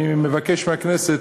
אני מבקש מהכנסת